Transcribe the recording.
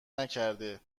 نکرده